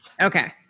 Okay